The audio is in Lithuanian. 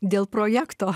dėl projekto